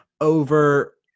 over